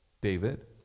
David